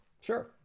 Sure